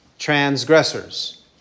transgressors